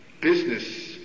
business